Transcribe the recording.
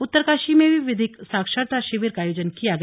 उत्तरकाशी में भी विधिक साक्षरता शिविर का आयोजन किया गया